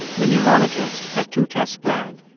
the neurologist had two tests planned.